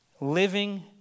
Living